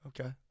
Okay